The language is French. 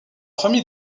famille